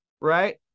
right